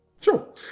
Sure